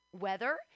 Weather